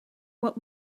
what